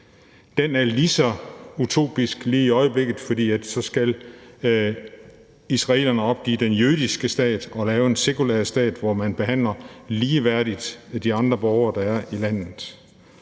Den er lige så utopisk lige i øjeblikket, fordi israelerne så skal opgive den jødiske stat og lave en sekulær stat, hvor man behandler de andre borgere, der er i landet,